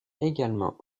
également